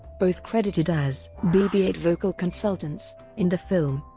both credited as bb eight vocal consultants in the film.